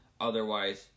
Otherwise